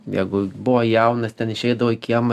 jeigu buvo jaunas ten išeidavo į kiemą